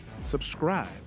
subscribe